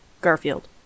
Garfield